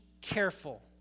careful